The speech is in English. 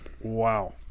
wow